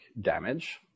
damage